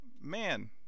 man